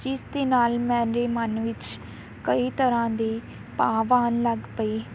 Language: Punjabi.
ਜਿਸ ਦੇ ਨਾਲ ਮੇਰੇ ਮਨ ਵਿੱਚ ਕਈ ਤਰ੍ਹਾਂ ਦੇ ਭਾਵ ਆਉਣ ਲੱਗ ਪਏ